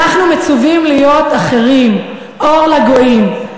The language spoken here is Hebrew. אנחנו מצווים להיות אחרים, אור לגויים.